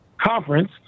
Conference